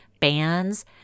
bands